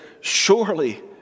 surely